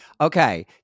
Okay